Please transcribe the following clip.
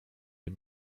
die